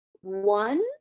one